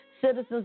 citizens